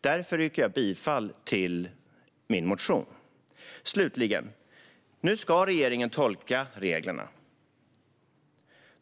Därför yrkar jag bifall till min motion. Nu ska regeringen tolka reglerna.